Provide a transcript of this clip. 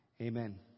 Amen